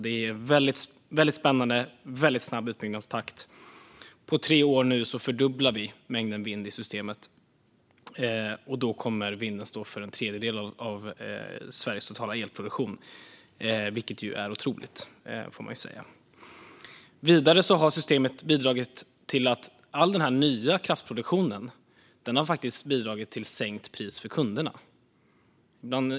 Det är väldigt spännande och en väldigt snabb utbyggnadstakt. På tre år kommer vi att fördubbla mängden vind i systemet. Då kommer vindkraften att stå för en tredjedel av Sveriges totala elproduktion, vilket ju är otroligt. Vidare har den nya kraftproduktion faktiskt bidragit till sänkt pris för kunderna.